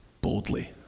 boldly